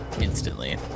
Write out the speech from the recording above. instantly